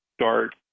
start